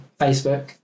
Facebook